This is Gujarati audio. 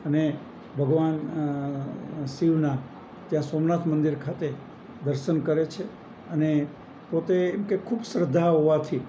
અને ભગવાન શિવનાં ત્યાં સોમનાથ મંદિર ખાતે દર્શન કરે છે અને પોતે એમ કે ખૂબ શ્રદ્ધા હોવાથી